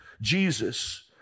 Jesus